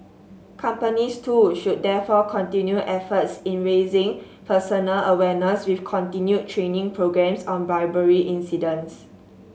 companies too should therefore continue efforts in raising personal awareness with continued training programmes on bribery incidents